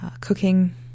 cooking